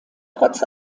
trotz